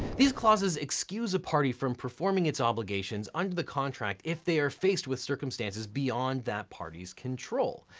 these clauses excuse a party from performing its obligations under the contract if they are faced with circumstances beyond that party's control.